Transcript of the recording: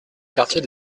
quartier